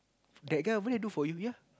that guy over there do for you ya